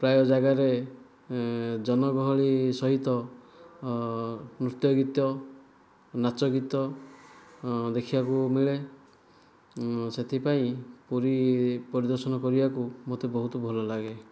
ପ୍ରାୟ ଯାଗାରେ ଜନଗହଳି ସହିତ ନୃତ୍ୟ ଗୀତ ନାଚ ଗୀତ ଦେଖିବାକୁ ମିଳେ ସେଥିପାଇଁ ପୁରୀ ପରିଦର୍ଶନ କରିବାକୁ ମୋତେ ବହୁତ ଭଲ ଲାଗେ